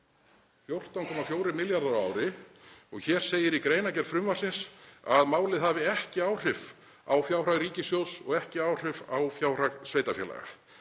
14,4 milljarðar á ári. Og hér segir í greinargerð frumvarpsins að málið hafi ekki áhrif á fjárhag ríkissjóðs og ekki áhrif á fjárhag sveitarfélaga.